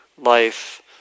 life